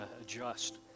adjust